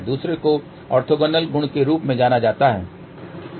दूसरे को ऑर्थोगोनल गुण के रूप में जाना जाता है